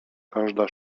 każda